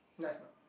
nice or not